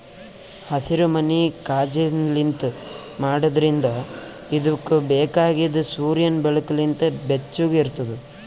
ಹಸಿರುಮನಿ ಕಾಜಿನ್ಲಿಂತ್ ಮಾಡಿದ್ರಿಂದ್ ಇದುಕ್ ಬೇಕಾಗಿದ್ ಸೂರ್ಯನ್ ಬೆಳಕು ಲಿಂತ್ ಬೆಚ್ಚುಗ್ ಇರ್ತುದ್